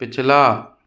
पिछला